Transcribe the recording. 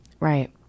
Right